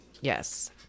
yes